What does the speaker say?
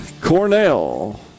Cornell